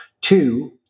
two